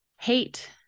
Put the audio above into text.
hate